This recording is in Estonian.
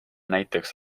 näiteks